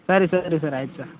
ಸರಿ ಸರಿ ಸರ್ ಆಯ್ತು ಸಾ